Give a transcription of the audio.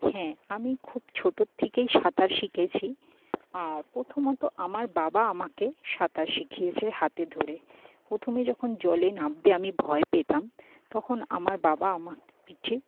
হ্যাঁ আমি খুব ছোটো থেকেই সাঁতার শিখেছি আর প্রথমত আমার বাবা আমাকে সাঁতার শিখেয়েছে হাতে ধরে প্রথমে যখন জলে নাবতে আমি ভয় পেতাম তখন আমার বাবা আমাকে পিঠে